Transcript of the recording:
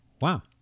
wow